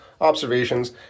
observations